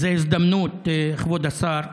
זו הזדמנות, כבוד השר: